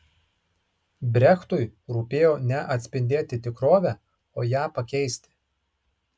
brechtui rūpėjo ne atspindėti tikrovę o ją pakeisti